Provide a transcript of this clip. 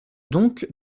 donc